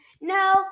No